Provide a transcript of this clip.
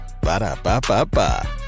Ba-da-ba-ba-ba